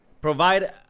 provide